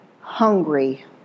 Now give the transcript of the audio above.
hungry